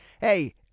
hey